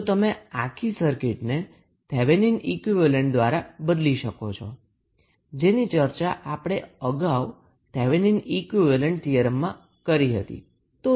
તો તમે આખી સર્કિટને થેવેનિન ઈક્વીવેલેન્ટ દ્વારા બદલી શકો છો જેની ચર્ચા આપણે અગાઉ થેવેનિન ઈક્વીવેલેન્ટ થીયરમમાં ચર્ચા કરેલી હતી